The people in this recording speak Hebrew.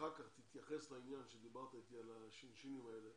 אחר כך תתייחס לעניין - דיברת אתי על השין-שינים האלה